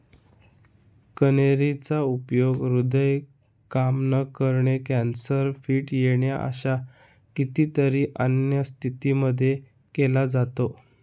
कन्हेरी चा उपयोग हृदय काम न करणे, कॅन्सर, फिट येणे अशा कितीतरी अन्य स्थितींमध्ये केला जातो